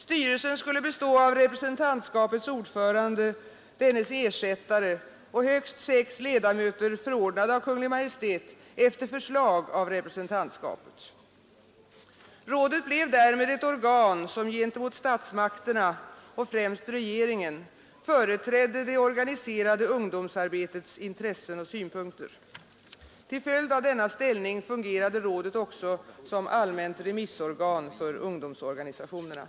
Styrelsen skulle bestå av representantskapets ordförande, dennes ersättare och högst sex ledamöter förordnade av Kungl. Maj:t efter förslag av representantskapet. Rådet blev därmed ett organ som gentemot statsmakterna — främst regeringen — företrädde det organiserade ungdomsarbetets intressen och synpunkter. Till följd av denna ställning fungerade rådet också som allmänt remissorgan för ungdomsorganisationerna.